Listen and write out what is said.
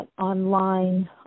online